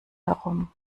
herum